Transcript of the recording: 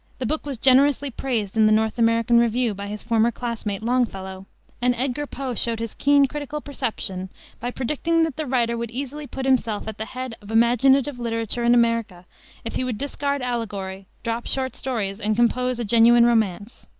the book was generously praised in the north american review by his former classmate, longfellow and edgar poe showed his keen critical perception by predicting that the writer would easily put himself at the head of imaginative literature in america if he would discard allegory, drop short stories and compose a genuine romance.